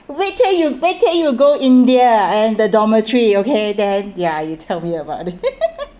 wait till you wait till you go india and the dormitory okay then ya you tell me about it